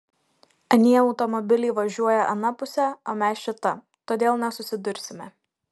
anie automobiliai važiuoja ana puse o mes šita todėl nesusidursime